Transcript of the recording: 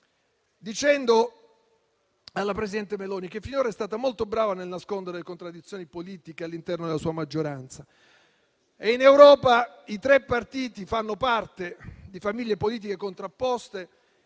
rivolgendomi alla presidente Meloni, che finora è stata molto brava a nascondere le contraddizioni politiche all'interno della sua maggioranza. In Europa, i tre partiti fanno parte di famiglie politiche contrapposte